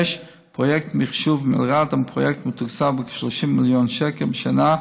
5. פרויקט מחשוב מלר"ד הוא פרויקט מתוקצב בכ-30 מיליון שקל בשנה,